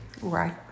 Right